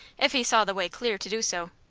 if he saw the way clear to do so.